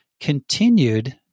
continued